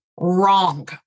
wrong